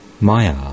Maya